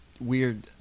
weird